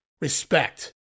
respect